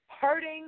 hurting